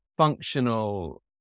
Functional